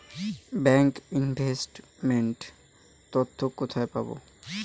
Bank investment তথ্য কোথায় পাব?